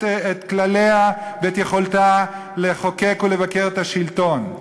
כלליה ואת יכולתה לחוקק ולבקר את השלטון.